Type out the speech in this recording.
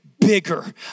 bigger